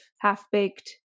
half-baked